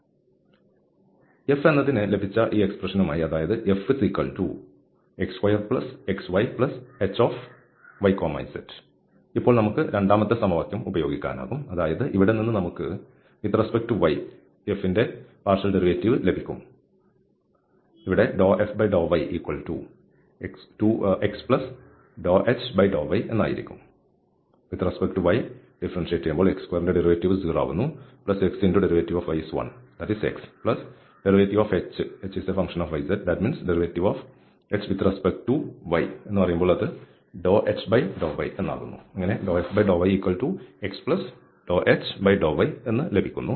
f എന്നതിന് ലഭിച്ച ഈ എക്സ്പ്രെഷനുമായി അതായത് fx2xyhyz ഇപ്പോൾ നമുക്ക് രണ്ടാമത്തെ സമവാക്യം ഉപയോഗിക്കാനാകും അതായത് ഇവിടെ നിന്ന് നമുക്ക് y യെ സംബന്ധിച്ചുള്ള f ന്റെ ഭാഗിക ഡെറിവേറ്റീവ് ലഭിക്കും